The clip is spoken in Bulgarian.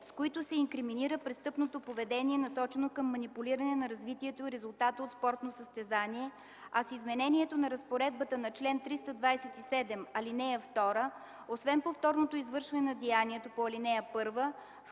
с които се инкриминира престъпното поведение, насочено към манипулиране на развитието и резултата от спортно състезание, а с изменението на разпоредбата на чл. 327, ал. 2 освен повторното извършване на деянието по ал. 1